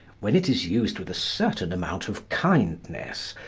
when it is used with a certain amount of kindness,